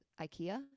ikea